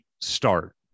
start